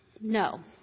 no